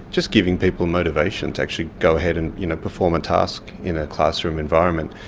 just giving people motivation to actually go ahead and you know perform a task in a classroom environment.